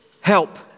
help